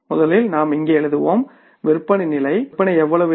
முதலில் நாம் இங்கே எழுதுவோம் விற்பனை நிலை விற்பனை எவ்வளவு இருக்கும்